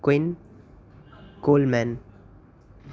quinn coleman